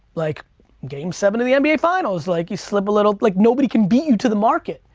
like game seven of the nba finals, like you slip a little, like nobody can beat you to the market.